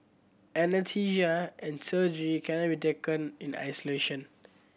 anaesthesia and surgery cannot taken in isolation